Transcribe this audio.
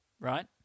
right